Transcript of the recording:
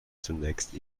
zunächst